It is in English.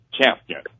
champion